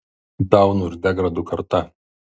daunų ir degradų karta